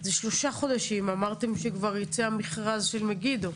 זה שלושה חודשים, אמרתם שכבר ייצא המכרז של מגידו.